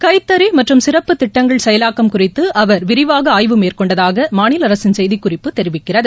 கைத்தறி மற்றும் சிறப்பு திட்டங்கள் செயலாக்கம் குறித்து அவர் விரிவாக ஆய்வு மேற்கொண்டதாக மாநில அரசின் செய்திக்குறிப்பு தெரிவிக்கிறது